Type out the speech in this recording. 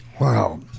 Wow